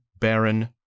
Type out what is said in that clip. Baron